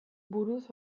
buruz